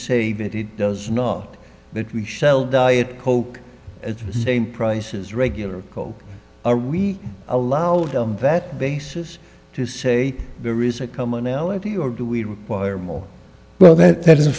say that it does not that we shall diet coke at the same price as regular coke are we allowed on that basis to say there is a commonality or do we well that that is a